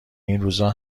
اینروزا